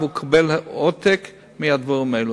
ומקבל עותק מהדברים האלה.